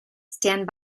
stand